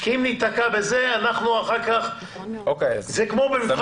כי אם נתקע בזה, אנחנו אחר כך, זה כמו במבחן